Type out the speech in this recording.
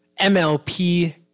MLP